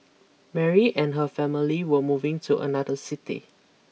Mary and her family were moving to another city